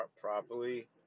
properly